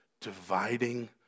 dividing